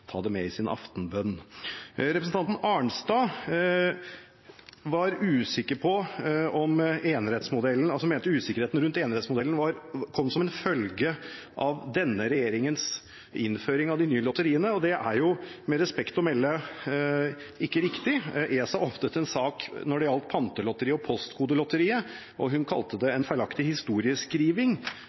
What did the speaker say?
ta det med i sin aftenbønn. Representanten Arnstad mente at usikkerheten rundt enerettsmodellen kom som en følge av denne regjeringens innføring av de nye lotteriene. Det er med respekt å melde ikke riktig. ESA åpnet en sak som gjaldt Pantelotteriet og Postkodelotteriet, og hun kalte det en feilaktig historieskriving.